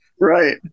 Right